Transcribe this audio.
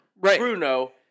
Bruno